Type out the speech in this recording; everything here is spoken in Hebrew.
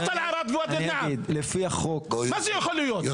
אני אגיד, לפי החוק --- מה זה יכול להיות.